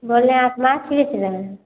बोल रहे हैं आप माँस बेच रहें हैं